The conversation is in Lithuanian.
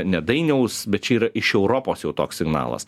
ne dainiaus bet čia yra iš europos jau toks signalas